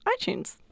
iTunes